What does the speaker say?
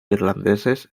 irlandeses